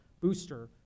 booster